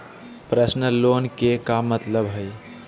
Personal loan के का मतलब हई?